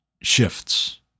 shifts